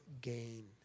gain